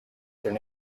their